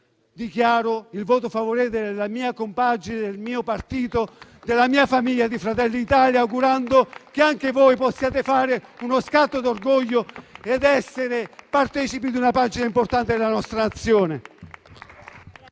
dichiaro il voto favorevole della mia compagine, del mio partito e della mia famiglia di Fratelli d'Italia, augurando che anche voi possiate fare uno scatto d'orgoglio ed essere partecipi di una pagina importante della nostra Nazione.